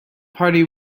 party